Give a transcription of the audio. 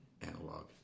analog